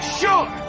sure